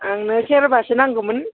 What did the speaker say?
आंनो सेरबासो नांगौमोन